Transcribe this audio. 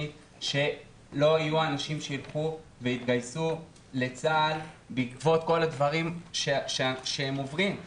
שלא יהיו אנשים שיילכו ויתגייסו לצה"ל בעקבות כל הדברים שהם עוברים.